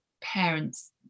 parents